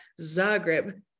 Zagreb